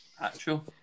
Actual